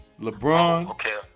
LeBron